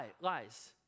lies